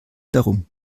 darum